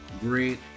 great